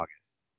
August